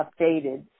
updated